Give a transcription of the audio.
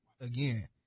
again